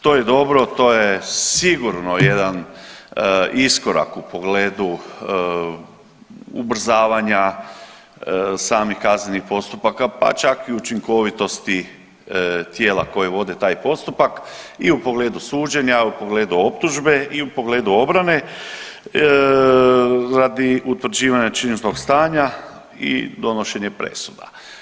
To je dobro, to je sigurno jedan iskorak u pogledu ubrzavanja samih kaznenih postupaka, pa čak i učinkovitosti tijela koja vode taj postupak i u pogledu suđenja, u pogledu optužbe i u pogledu obrane radi utvrđivanja činjeničnog stanja i donošenje presuda.